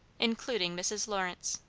including mrs. lawrence.